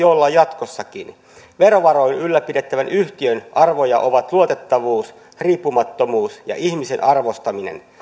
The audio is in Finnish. olla jatkossakin verovaroin ylläpidettävän yhtiön arvoja ovat luotettavuus riippumattomuus ja ihmisen arvostaminen